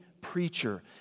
preacher